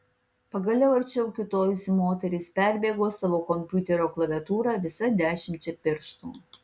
pagaliau arčiau kiūtojusi moteris perbėgo savo kompiuterio klaviatūrą visa dešimčia pirštų